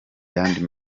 yandi